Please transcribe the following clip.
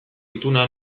ituna